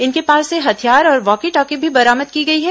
इनके पास से हथियार और वॉकी टॉकी भी बरामद की गई है